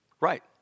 Right